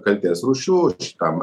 kaltės rūšių šitam